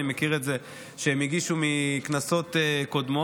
אני מכיר את זה שהם הגישו את זה בכנסות קודמות.